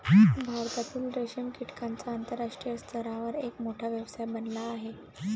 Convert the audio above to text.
भारतातील रेशीम कीटकांचा आंतरराष्ट्रीय स्तरावर एक मोठा व्यवसाय बनला आहे